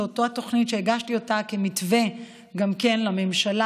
זו התוכנית שהגשתי כמתווה גם לממשלה,